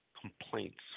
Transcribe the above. complaints